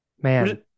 Man